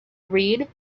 read